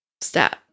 step